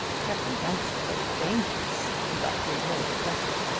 captain bannister looked dangerous, but he ignored the question.